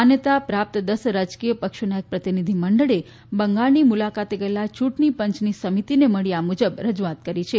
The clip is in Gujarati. માન્યતા પ્રાપ્ત દસ રાજકીય પક્ષોના એક પ્રતિનિધીમંડળે બંગાળની મુલાકાતે ગયેલા ચૂંટણી પંચની સમિતીને મળીને આ મુજબ રજૂઆત કરી છે